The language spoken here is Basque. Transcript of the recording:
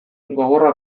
gogorra